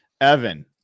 Evan